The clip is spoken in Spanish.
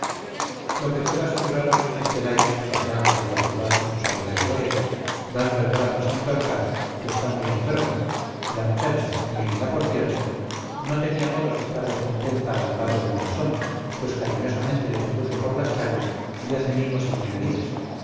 lo que puedo aseguraros es que la he visto paseando por la ciudad y sus alrededores dando el brazo a santorcaz que está muy enfermo y la muchacha muy linda por cierto no tenía modos de estar descontenta al lado del masón pues cariñosamente le conduce por las calles y le hace mimos y monerías